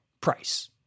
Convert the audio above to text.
price